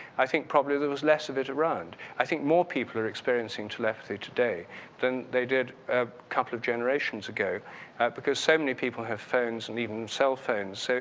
i think probably there was less of it around. i think more people are experiencing telepathy today than they did a couple of generations ago because people have phones and even cell phones. so,